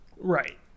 Right